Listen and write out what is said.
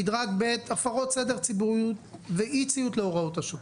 מדרג ב' הפרות סדר ציבורי ואי-ציות להוראות השוטר.